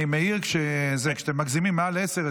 אני מעיר כשאתם מגזימים מעל עשר,